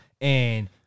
and-